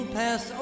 pass